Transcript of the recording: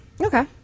okay